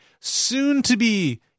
soon-to-be